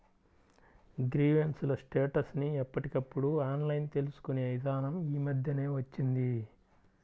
grievance ల status ని ఎప్పటికప్పుడు ఆన్లైన్ తెలుసుకునే ఇదానం యీ మద్దెనే వచ్చింది